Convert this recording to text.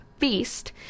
feast